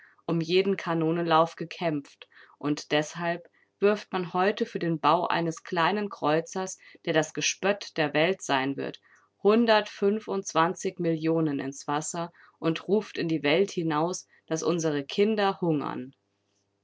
um jeden kanonenlauf gekämpft und deshalb wirft man heute für den bau eines kleinen kreuzers der das gespött der welt sein wird hundertfünfundzwanzig millionen ins wasser und ruft in die welt hinaus daß unsere kinder hungern